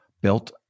built